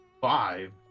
Five